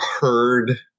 heard –